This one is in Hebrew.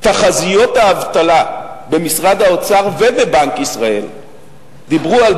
תחזיות האבטלה במשרד האוצר ובבנק ישראל דיברו על